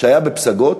שהיה בפסגות,